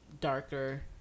darker